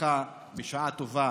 נפתחה בשעה טובה